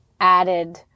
added